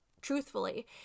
truthfully